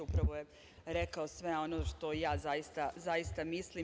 Upravo je rekao sve ono što ja zaista mislim.